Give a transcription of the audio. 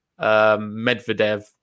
Medvedev